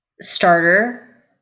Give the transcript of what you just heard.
Starter